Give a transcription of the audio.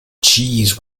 cheese